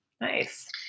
Nice